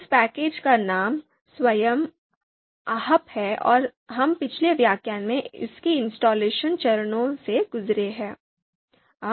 उस पैकेज का नाम स्वयं ahpप है और हम पिछले व्याख्यान में इसके इंस्टालेशन चरणों से गुजरे हैं